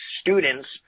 students